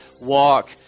walk